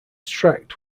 tract